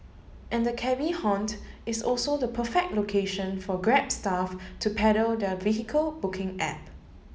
and the cabby haunt is also the perfect location for Grab staff to peddle their vehicle booking app